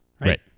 right